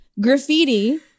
Graffiti